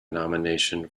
nomination